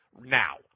now